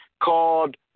called